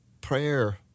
prayer